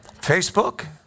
Facebook